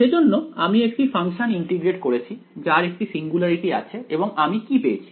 সেইজন্য আমি একটি ফাংশন ইন্টিগ্রেট করেছি যার একটি সিঙ্গুলারিটি আছে এবং আমি কি পেয়েছি